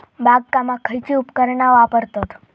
बागकामाक खयची उपकरणा वापरतत?